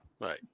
Right